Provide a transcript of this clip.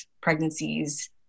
pregnancies